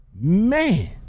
man